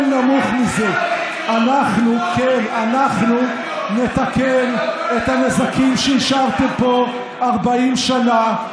אנחנו נתקן את הנזקים שהשארתם פה 40 שנה,